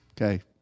okay